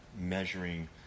measuring